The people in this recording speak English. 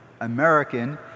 American